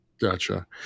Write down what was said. Gotcha